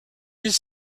his